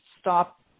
stop